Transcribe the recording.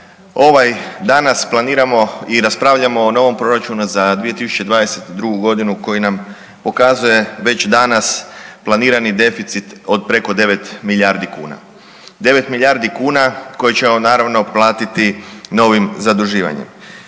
ovaj danas planiramo i raspravljamo o novom proračunu za 2022.g. koji nam pokazuje već danas planirani deficit od preko 9 milijardi kuna. 9 milijardi kuna koje ćemo naravno platiti novim zaduživanjem.